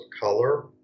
color